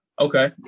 okay